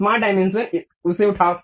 smart dimension उसे उठाओ